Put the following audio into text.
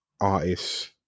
artists